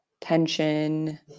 tension